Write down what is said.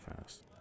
fast